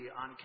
on